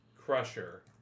crusher